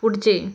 पुढचे